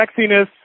sexiness